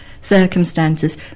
circumstances